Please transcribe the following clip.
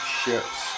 ships